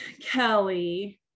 kelly